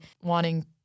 wanting